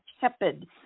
tepid